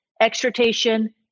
exhortation